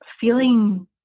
feeling